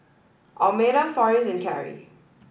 Almeda Farris and Karrie